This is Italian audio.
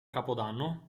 capodanno